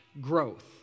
growth